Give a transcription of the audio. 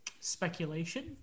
speculation